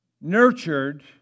nurtured